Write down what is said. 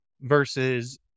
Versus